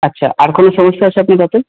আচ্ছা আর কোনও সমস্যা আছে আপনার দাঁতে